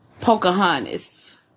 Pocahontas